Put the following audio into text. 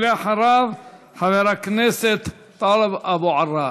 אחריו, חבר הכנסת טלב אבו עראר.